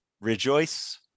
rejoice